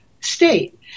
state